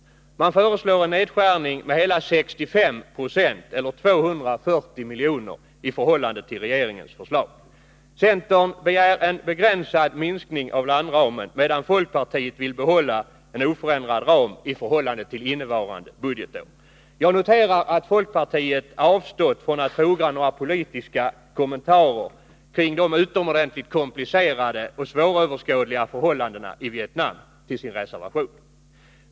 Man föreslår en nedskärning med 65 96 eller 240 miljoner Centern begär en begränsad minskning av landramen medan folkpartiet vill behålla oförändrad ram i förhållande till innevarande budgetår. Jag noterar att folkpartiet avstått från att foga några politiska kommentarer om de utomordentligt komplicerade och svåröverskådliga förhållandena i Vietnam till sin reservation.